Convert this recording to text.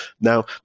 Now